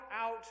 out